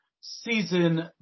season